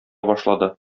башлады